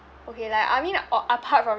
okay like I mean oh apart from